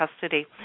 custody